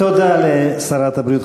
תודה לשרת הבריאות,